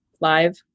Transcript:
live